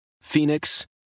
Phoenix